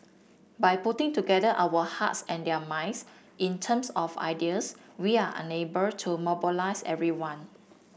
by putting together our hearts and their minds in terms of ideas we are unable to mobilize everyone